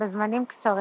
בזמנים קצרים.